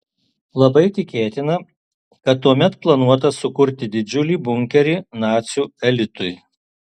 labai tikėtina kad tuomet planuota sukurti didžiulį bunkerį nacių elitui